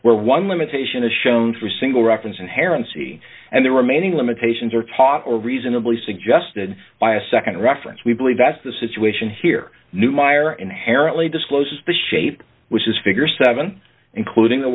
where one limitation is shown through single reference inherent c and the remaining limitations are taught or reasonably suggested by a nd reference we believe that's the situation here neumeier inherently discloses the shape which is figure seven including the